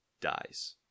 dies